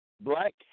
black